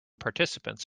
participants